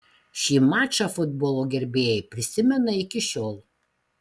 šį mačą futbolo gerbėjai prisimena iki šiol